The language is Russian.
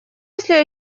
если